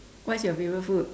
what's your favourite food